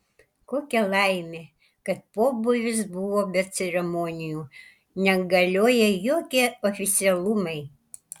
kokia laimė kad pobūvis buvo be ceremonijų negalioja jokie oficialumai